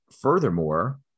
Furthermore